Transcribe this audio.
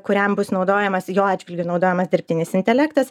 kuriam bus naudojamas jo atžvilgiu naudojamas dirbtinis intelektas